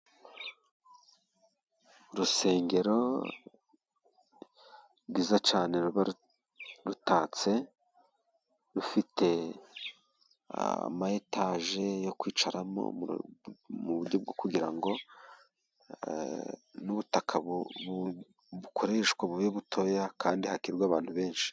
Urusengero rwiza cyane rutatse, rufite ama etaje yo kwicaramo mu buryo bwo kugira ngo n'ubutaka bukoreshwa bube butoya kandi hakirwa abantu benshi.